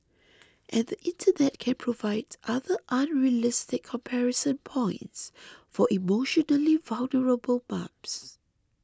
and the internet can provide other unrealistic comparison points for emotionally vulnerable mums